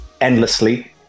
endlessly